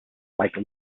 like